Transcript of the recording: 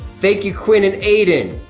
thank you, quinn and aiden.